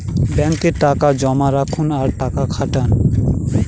ব্যাঙ্কে টাকা জমা রাখুন আর টাকা খাটান